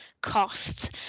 costs